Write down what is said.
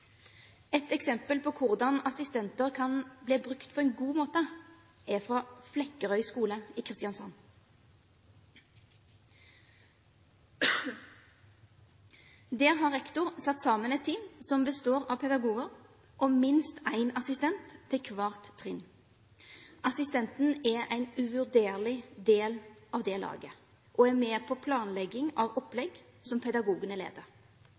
Et eksempel på hvordan assistenter kan bli brukt på en god måte, er fra Flekkerøy skole i Kristiansand. Der har rektor satt sammen et team som består av pedagoger og minst én assistent til hvert trinn. Assistenten er en uvurderlig del av det laget og er med på planlegging av opplegg som pedagogene leder.